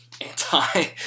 anti